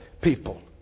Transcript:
people